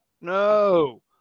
no